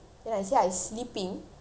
she okay then she put down the phone already ah